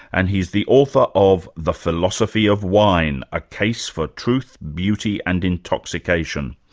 and he's the author of the philosophy of wine a case for truth, beauty and intoxication.